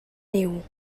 niu